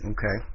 Okay